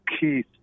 keith